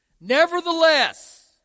Nevertheless